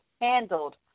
handled